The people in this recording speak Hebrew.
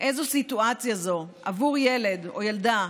איזו סיטואציה זו עבור ילד או ילדה,